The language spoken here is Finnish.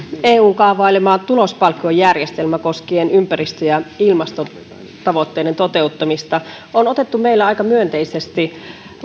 eun kaavailema tulospalkkiojärjestelmä koskien ympäristö ja ilmastotavoitteiden toteuttamista on otettu meillä aika myönteisesti